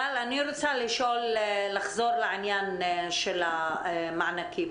גל, אני רוצה לחזור לעניין של המענקים.